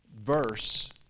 verse